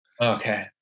Okay